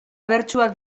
bertsuak